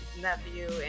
nephew